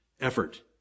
effort